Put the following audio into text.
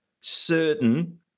certain